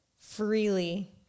freely